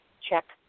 Check